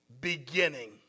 beginning